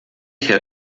herr